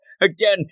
again